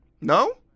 No